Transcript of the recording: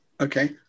okay